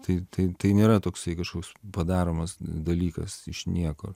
tai tai tai nėra toksai kažkoks padaromas dalykas iš nieko